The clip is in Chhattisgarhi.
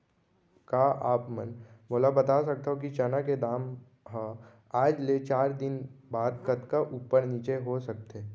का आप मन मोला बता सकथव कि चना के दाम हा आज ले चार दिन बाद कतका ऊपर नीचे हो सकथे?